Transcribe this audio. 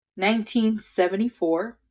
1974